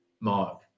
Mark